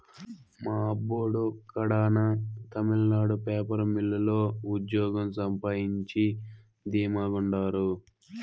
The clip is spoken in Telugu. మా అబ్బోడు కడాన తమిళనాడు పేపర్ మిల్లు లో ఉజ్జోగం సంపాయించి ధీమా గుండారు